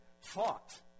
fought